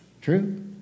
True